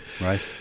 Right